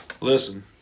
Listen